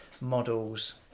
models